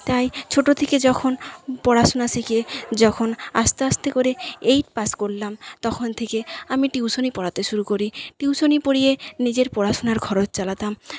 তাই ছোটো থেকে যখন পড়াশুনা শিখে যখন আস্তে আস্তে করে এইট পাশ করলাম তখন থেকে আমি টিউশনি পড়াতে শুরু করি টিউশনি পড়িয়ে নিজের পড়াশোনার খরচ চালাতাম